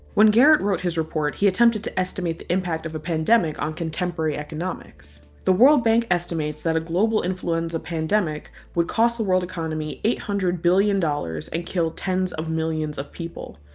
when garrett wrote his report, he attempted to estimate the impact of a pandemic on contemporary economics the world bank estimates that a global influenza pandemic would cost the world economy eight hundred billion dollars and kill tens-of-millions of people.